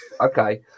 Okay